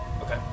Okay